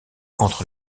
entre